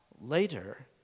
later